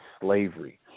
slavery